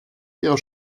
ihrer